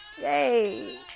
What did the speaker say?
Yay